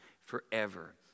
forever